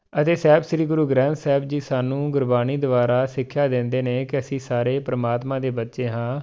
ਅਤੇ ਸਾਹਿਬ ਸ਼੍ਰੀ ਗੁਰੂ ਗ੍ਰੰਥ ਸਾਹਿਬ ਜੀ ਸਾਨੂੰ ਗੁਰਬਾਣੀ ਦੁਆਰਾ ਸਿੱਖਿਆ ਦਿੰਦੇ ਨੇ ਕਿ ਅਸੀਂ ਸਾਰੇ ਪਰਮਾਤਮਾ ਦੇ ਬੱਚੇ ਹਾਂ